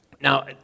Now